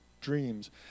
dreams